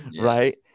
Right